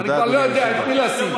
אני כבר לא יודע את מי לשים.